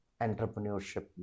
entrepreneurship